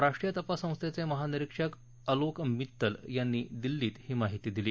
राष्ट्रीय तपास संस्थेचे महानिरिक्षक अलोक मित्तल यांनी दिल्लीत ही माहिती दिली